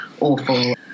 awful